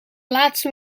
laatste